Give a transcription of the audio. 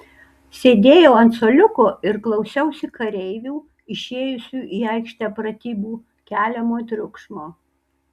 sėdėjau ant suoliuko ir klausiausi kareivių išėjusių į aikštę pratybų keliamo triukšmo